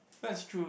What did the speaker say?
that's true